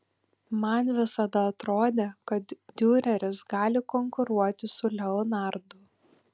man visada atrodė kad diureris gali konkuruoti su leonardu